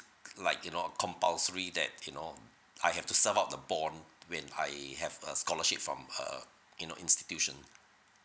like you know a compulsory that you know I have to serve out the bond when I have a scholarship from err you know institution